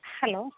hello